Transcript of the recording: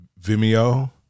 Vimeo